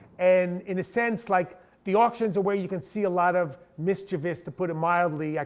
and in a sense like the auctions are where you can see a lot of mischievous, to put a mildly, ah